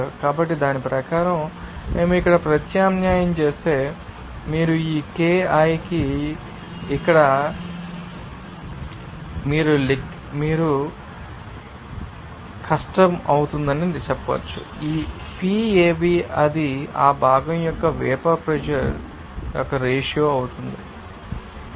కాబట్టి దాని ప్రకారం మేము ఇక్కడ ప్రత్యామ్నాయం చేస్తే మీరు ఈ k i కి ఇక్కడ కష్టమవుతారని మీరు చెప్పవచ్చు p Av అది ఆ భాగం యొక్క వేపర్ ప్రెషర్ యొక్క రేషియో అవుతుంది మీకు తెలుసా మొత్తం ప్రెషర్